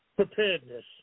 Preparedness